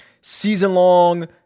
season-long